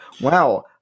Wow